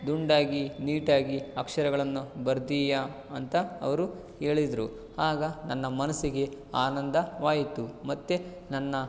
ದುಂಡಾಗಿ ನೀಟಾಗಿ ಅಕ್ಷರಗಳನ್ನು ಬರ್ದೀಯಾ ಅಂತ ಅವರು ಹೇಳಿದ್ರು ಆಗ ನನ್ನ ಮನಸ್ಸಿಗೆ ಆನಂದವಾಯಿತು ಮತ್ತು ನನ್ನ